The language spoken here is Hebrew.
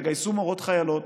תגייסו מורות חיילות,